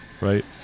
right